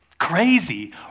crazy